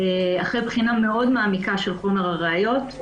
אחרי בחינה מאוד מעמיקה של חומר הראיות,